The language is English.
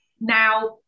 now